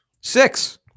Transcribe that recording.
Six